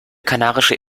kanarische